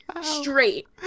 straight